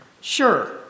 Sure